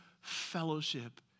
fellowship